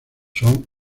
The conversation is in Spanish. son